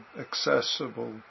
accessible